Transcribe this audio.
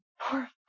Poor